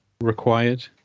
required